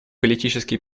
политические